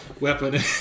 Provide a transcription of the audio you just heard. weapon